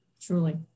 Truly